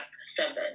seven